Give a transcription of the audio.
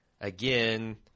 again